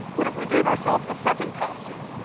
what if we gave ourselves a second costume,